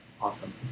Awesome